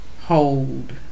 hold